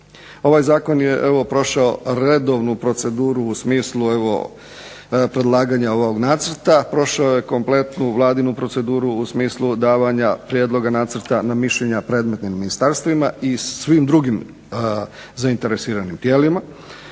ovaj Zakon je prošao u redovnu proceduru u smislu predlaganja ovog nacrta, prošao je kompletnu Vladinu proceduru u smislu davanja prijedloga nacrta na mišljenja predmetnim ministarstvima i svim drugim zainteresiranim tijelima.